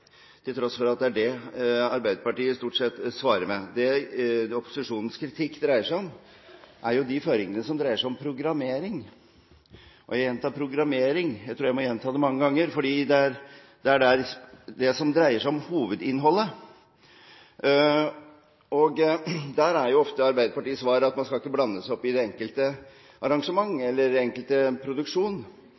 til tross for at det er det Arbeiderpartiet stort sett svarer med. Det opposisjonens kritikk dreier seg om, er jo de føringene som dreier seg om programmering – jeg gjentar programmering. Jeg tror jeg må gjenta det mange ganger, for det er det som er hovedinnholdet. Arbeiderpartiets svar er ofte at man ikke skal blande seg opp i det enkelte arrangement eller den enkelte produksjon.